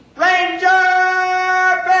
Ranger